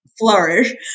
flourish